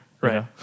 right